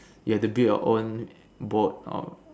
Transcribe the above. you have to build your own boat or